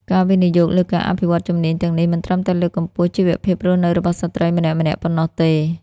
ការវិនិយោគលើការអភិវឌ្ឍជំនាញទាំងនេះ មិនត្រឹមតែលើកកម្ពស់ជីវភាពរស់នៅរបស់ស្ត្រីម្នាក់ៗប៉ុណ្ណោះទេ។